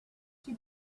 she